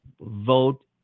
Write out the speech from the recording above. vote